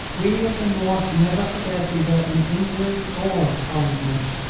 we of the north never forget either an injury or a kindness.